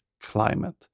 climate